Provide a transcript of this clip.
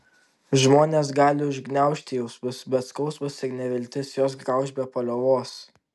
žmonės gali užgniaužti jausmus bet skausmas ir neviltis juos grauš be paliovos